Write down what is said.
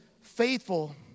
faithful